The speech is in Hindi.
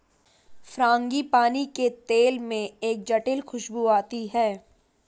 फ्रांगीपानी के तेल में एक जटिल खूशबू आती है